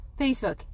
Facebook